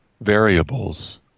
variables